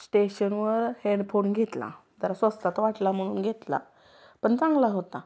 स्टेशनवर हेडफोन घेतला जरा स्वस्तात वाटला म्हणून घेतला पण चांगला होता